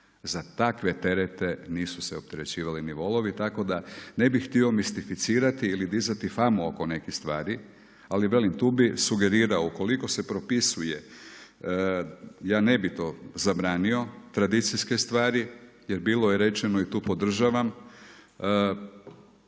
Za takve terete nisu se opterećivali ni volovi, tako da ne bih htio mistificirati ili dizati famu oko nekih stvari. Ali velim, tu bih sugerirao ukoliko se propisuje ja ne bih to zabranio tradicijske stvari. Jer bilo je rečeno i tu podržavam,